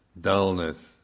Dullness